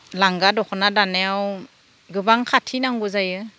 लांगा दख'ना दानायाव गोबां खाथिनांगौ जायो